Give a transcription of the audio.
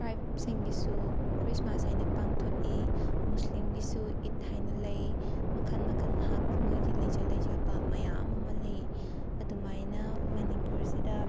ꯇ꯭ꯔꯥꯏꯕꯁꯤꯡꯒꯤꯁꯨ Christmas ꯍꯥꯏꯅ ꯄꯥꯡꯊꯣꯛꯏ ꯃꯨꯁꯂꯤꯝꯒꯤꯁꯨ ꯏꯠ ꯍꯥꯏꯅ ꯂꯩ ꯃꯈꯜ ꯃꯈꯜ ꯃꯍꯥꯛ ꯃꯣꯏꯒꯤ ꯂꯩꯖ ꯂꯩꯖꯕ ꯃꯌꯥꯝ ꯑꯃ ꯂꯩ ꯑꯗꯨꯃꯥꯏꯅ ꯃꯅꯤꯄꯨꯔꯁꯤꯗ